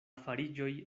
fariĝoj